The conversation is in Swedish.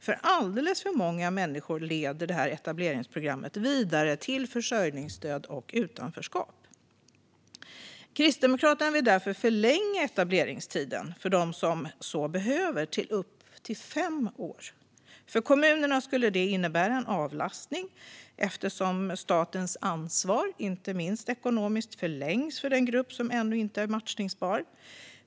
För alldeles för många människor leder etableringsprogrammet vidare till försörjningsstöd och utanförskap. Kristdemokraterna vill därför förlänga etableringstiden för dem som så behöver till upp till fem år. För kommunerna skulle det innebära en avlastning eftersom statens ansvar, inte minst ekonomiskt, förlängs för den grupp som ännu inte är matchningsbar.